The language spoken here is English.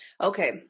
Okay